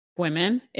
women